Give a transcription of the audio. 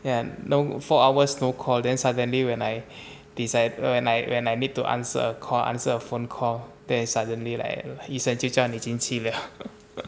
ya no four hours no call then suddenly when I decide when I when I need to answer a call answer a phone call then suddenly like 医生就叫你进去 liao